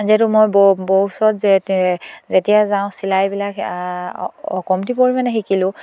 যিহেতু মই বৌ বৌ ওচৰত যে যেতিয়া যাওঁ চিলাইবিলাক কম্তি পৰিমাণে শিকিলোঁ